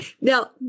Now